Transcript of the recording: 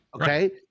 Okay